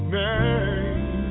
name